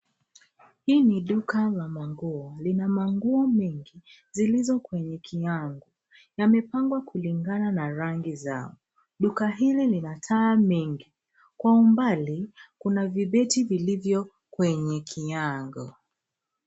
Hii ni duka la manguo. Lina manguo mengi zilizo kwenye kinyago. Yamepangwa kulingana na rangi zao. Duka hili lina taa mengi. Kwa umbali kuna vibeti vilivyo kwenye kinyago.